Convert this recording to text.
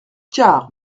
car